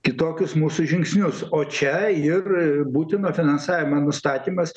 kitokius mūsų žingsnius o čia ir būtino finansavimo nustatymas